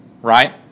Right